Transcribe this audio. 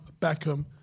Beckham